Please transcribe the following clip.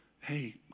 hey